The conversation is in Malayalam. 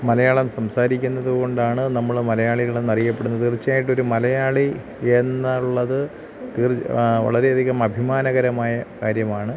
മലയാളം സംസാരിക്കുന്നത് കൊണ്ടാണ് നമ്മൾ മലയാളികളെന്ന് അറിയപ്പെടുന്നത് തീർച്ചയായിട്ടും ഒരു മലയാളി എന്നുള്ളത് വളരെയധികം അഭിമാനകരമായ കാര്യമാണ്